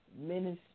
Ministry